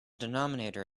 denominator